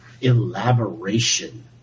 elaboration